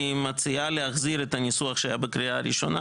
היא מציעה להחזיר את הניסוח שהיה בקריאה הראשונה,